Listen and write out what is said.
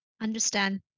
Understand